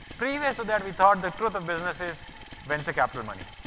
previous that, we thought the truth of business is venture capital money.